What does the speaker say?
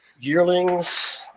yearlings